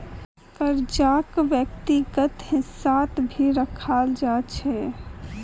कर्जाक व्यक्तिगत हिस्सात भी रखाल जा छे